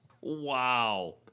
Wow